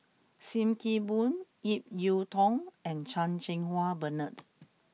Sim Kee Boon Ip Yiu Tung and Chan Cheng Wah Bernard